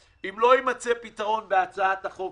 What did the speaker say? אם לא יימצא פתרון בהצעת החוק,